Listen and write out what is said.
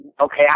Okay